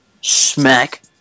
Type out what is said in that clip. Smack